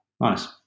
Nice